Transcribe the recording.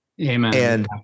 Amen